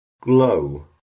glow